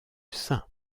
saint